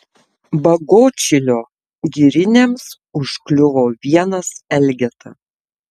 bagotšilio giriniams užkliuvo vienas elgeta